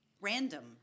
random